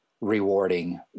rewarding